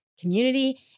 community